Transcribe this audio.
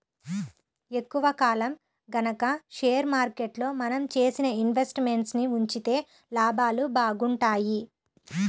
ఎక్కువ కాలం గనక షేర్ మార్కెట్లో మనం చేసిన ఇన్వెస్ట్ మెంట్స్ ని ఉంచితే లాభాలు బాగుంటాయి